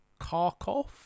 Karkov